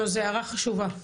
זאת הערה חשובה.